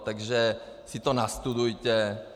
Takže si to nastudujte.